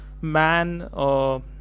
man